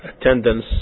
attendance